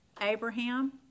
Abraham